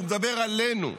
הוא מדבר עלינו,